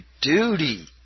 duty